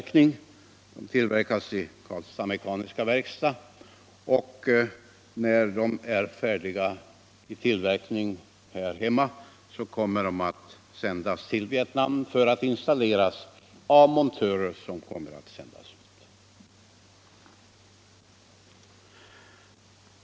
De tillverkas i Karlstads Mckaniska Werkstad, och när de är färdiga kommer de att levereras till Vietnam för att installeras av montörer som kommer att sändas ut.